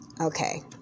Okay